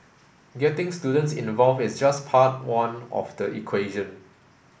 getting students involved is just part one of the equation